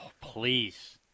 please